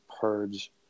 purge